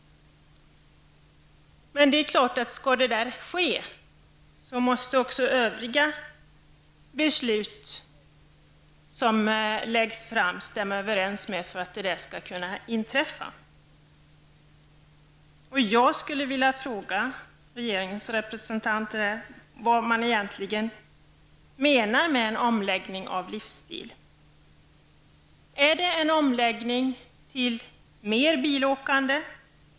Men det är klart att om detta skall kunna förverkligas, måste också övriga beslut som skall fattas stämma överens med denna inriktning. Jag vill fråga regeringens representant vad man egentligen menar med en omläggning av livsstil. Är det en omläggning till mer bilåkande?